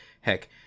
heck